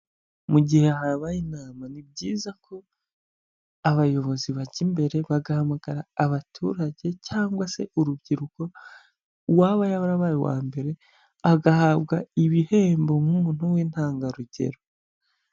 Mu gihe habaye inama, ni byiza ko abayobozi bajya imbere bagahamagara abaturage cyangwa se urubyiruko, uwaba yarabaye uwa mbere, agahabwa ibihembo nk'umuntu w'intangarugero.